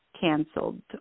canceled